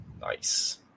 Nice